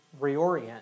reorient